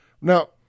now